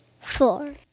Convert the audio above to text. four